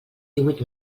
díhuit